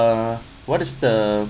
what is the